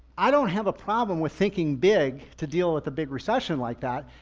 i don't have a problem with thinking big to deal with the big recession like that.